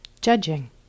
judging